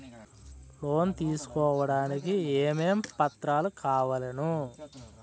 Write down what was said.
Loan తీసుకోడానికి ఏమేం పత్రాలు కావలెను?